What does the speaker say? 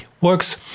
works